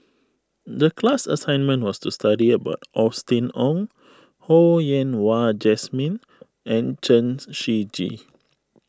the class assignment was to study about Austen Ong Ho Yen Wah Jesmine and Chen Shiji